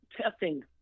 testing